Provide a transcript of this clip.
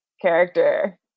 character